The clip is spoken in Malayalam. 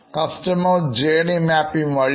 ഉപഭോക്തൃ യാത്രാമാപ്പിംഗ്വഴി